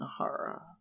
Nahara